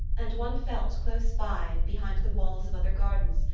and one felt, close by, behind the walls of other gardens,